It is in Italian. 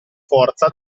forza